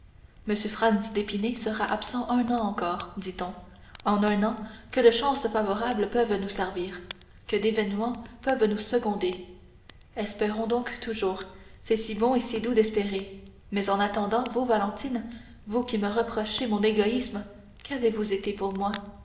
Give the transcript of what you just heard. d'épinay sera absent un an encore dit-on en un an que de chances favorables peuvent nous servir que d'événements peuvent nous seconder espérons donc toujours c'est si bon et si doux d'espérer mais en attendant vous valentine vous qui me reprochez mon égoïsme qu'avez-vous été pour moi